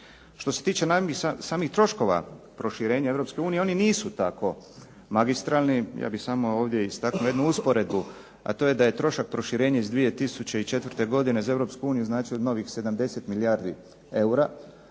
Što se tiče samih troškova proširenja EU oni nisu tako magistralni. Ja bih samo ovdje istaknuo jednu usporedbu, a to je da je trošak proširenja iz 2004. godine za EU značio novih 70 milijardi eura,